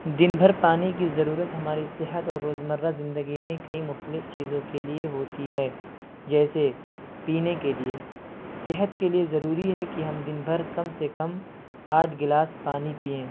دن بھر پانی کی ضرورت ہمارے صحت اور روز مرہ زندگی میں کئی مختلف چیزوں کے لیے ہوتی ہے جیسے پینے کے لیے صحت کے لیے ضروری ہے کہ ہم دن بھی کم سے کم آٹھ گلاس پانی پییں